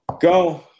Go